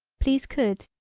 please could,